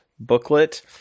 booklet